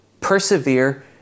persevere